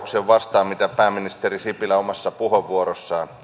vastaan mitä pääministeri sipilä omassa puheenvuorossaan